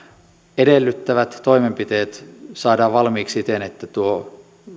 edellyttävät toimenpiteet saadaan valmiiksi siten että